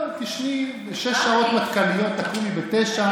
תישני שש שעות מטכ"ליות, תקומי ב-09:00.